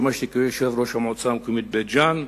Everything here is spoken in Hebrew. שימשתי יושב-ראש המועצה המקומית בית-ג'ן,